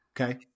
okay